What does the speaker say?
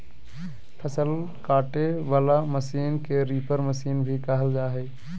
फसल काटे वला मशीन के रीपर मशीन भी कहल जा हइ